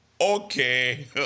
Okay